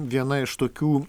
viena iš tokių